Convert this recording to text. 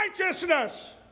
righteousness